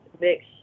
mix